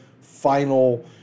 final